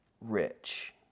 rich